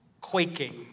quaking